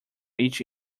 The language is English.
each